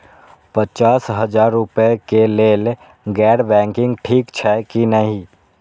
पचास हजार रुपए के लेल गैर बैंकिंग ठिक छै कि नहिं?